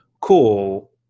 cool